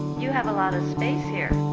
you have a lot of space here.